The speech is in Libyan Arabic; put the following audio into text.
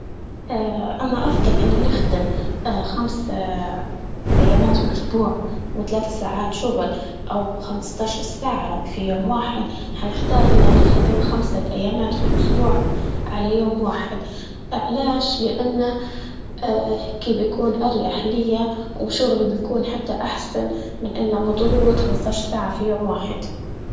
أني أفضل إني نخدم خمس أيامات في الأسبوع وثلاثة ساعات شغل أو خمسة عشر ساعة في يوم واحد، حنختار إنا نخدم خمسة أيامات في الأسبوع على يوم واحد علاش؟ لأنه كي بيكون أريح ليا وشغلي بيكون حتى أحسن من إنه مضغوط خمسة عشر ساعة في يوم واحد.